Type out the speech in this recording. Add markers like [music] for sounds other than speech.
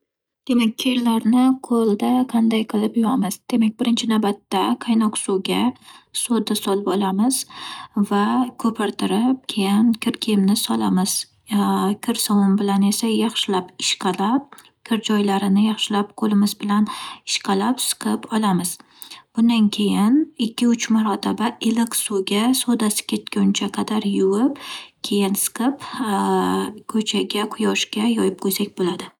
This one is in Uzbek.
Demak, kirlarni qo'lda qanday qilib yuvamiz. Demak, birinchi navbatda qaynoq suvga soda solib olamiz va ko'pirtirib keyin kir kiyimni solamiz. [hesitation] Kir sovun bilan esa yaxshilab ishqalab, kir joylarini yaxshilab qo'limiz bilan ishqalab siqib olamiz. Bundan keyin ikki-uch marotaba iliq suvga sodasi ketguncha qadar yuvib, keyin siqib [hesitation] ko'chaga, quyoshga yoyib qo'ysak bo'ladi.